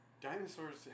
Dinosaurs